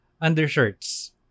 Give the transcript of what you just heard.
undershirts